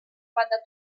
vada